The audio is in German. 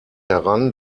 heran